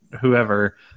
whoever